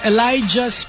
Elijah